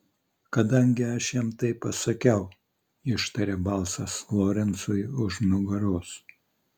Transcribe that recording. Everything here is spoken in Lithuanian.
kadangi aš jam tai pasakiau ištarė balsas lorencui už nugaros